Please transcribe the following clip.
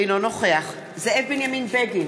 אינו נוכח זאב בנימין בגין,